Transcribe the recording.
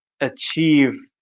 achieve